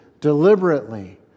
deliberately